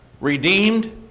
redeemed